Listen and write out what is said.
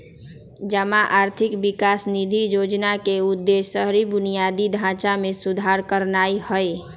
जमा आर्थिक विकास निधि जोजना के उद्देश्य शहरी बुनियादी ढचा में सुधार करनाइ हइ